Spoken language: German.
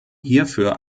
hierfür